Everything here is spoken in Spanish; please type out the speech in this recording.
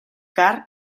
carr